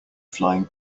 flying